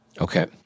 Okay